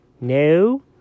No